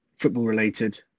football-related